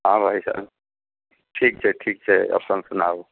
हाँ भाइ साहब ठीक छै ठीक छै अपन सुनाउ